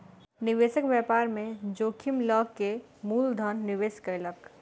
निवेशक व्यापार में जोखिम लअ के मूल धन निवेश कयलक